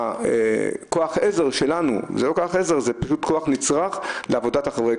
כוח העזר שיעמוד לרשותנו משום שהוא מאוד נצרך לעבודתנו.